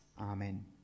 Amen